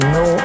no